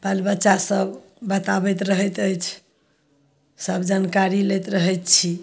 बाल बच्चा सब बताबैत रहैत अछि सब जनकारी लैत रहै छी